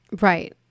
Right